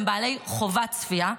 הם חובת צפייה,